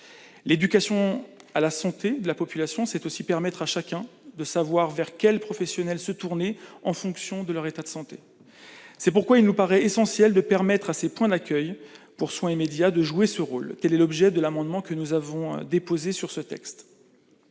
L'éducation à la santé de la population, c'est aussi permettre à chacun de savoir vers quel professionnel se tourner en fonction de son état de santé. Il nous paraît essentiel de permettre à ces points d'accueil pour soins immédiats de jouer ce rôle. Tel est l'objet de l'amendement que nous avons déposé sur ce texte.